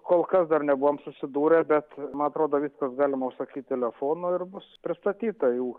kol kas dar nebuvom susidūrę bet man atrodo viską galima užsakyt telefonu ir bus pristatyta jų